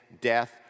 death